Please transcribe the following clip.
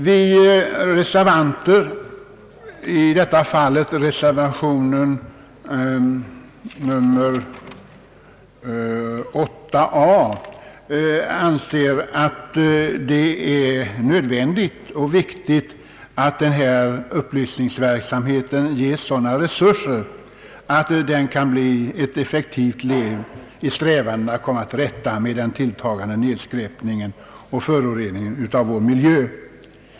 Vi reservanter — det gäller reservationen a — anser det nödvändigt att denna upplysningsverksamhet ges sådana resurser att den kan bli ett effektivt led i strävandena att komma till rätta med den tilltagande nedskräpningen och föroreningen av vår miljö.